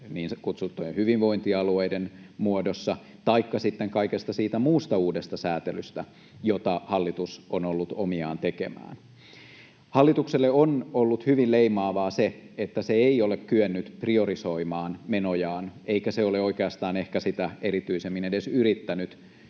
niin kutsuttujen hyvinvointialueiden muodossa taikka sitten kaikesta siitä muusta uudesta sääntelystä, jota hallitus on ollut omiaan tekemään. Hallitukselle on ollut hyvin leimallista se, että se ei ole kyennyt priorisoimaan menojaan, eikä se ole oikeastaan ehkä sitä erityisemmin edes yrittänyt.